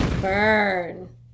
Burn